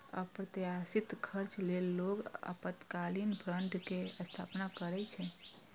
अप्रत्याशित खर्च लेल लोग आपातकालीन फंड के स्थापना करै छै